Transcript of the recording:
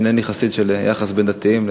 אינני חסיד של עניין היחסים בין דתיים לחילונים,